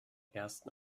ersten